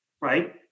right